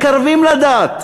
מקרבים לדת.